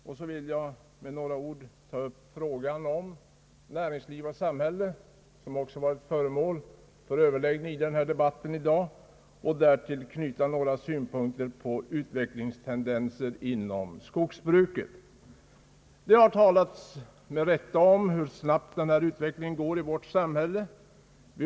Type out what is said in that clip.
Jag vill med några ord ta upp frågan om näringsliv och samhälle, som också varit föremål för inlägg i dagens debatt, och därtill knyta några synpunkter på utvecklingstendenser inom skogsbruket. Det talas med rätta om hur snabbt utvecklingen går i vårt samhälle. Vi.